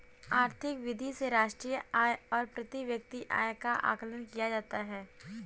आर्थिक वृद्धि से राष्ट्रीय आय और प्रति व्यक्ति आय का आकलन किया जाता है